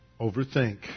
overthink